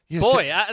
Boy